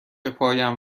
پایم